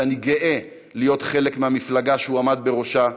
שאני גאה להיות חלק מהמפלגה שהוא עמד בראשה,